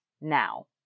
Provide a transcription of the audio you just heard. now